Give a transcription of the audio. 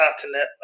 continent